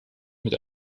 mit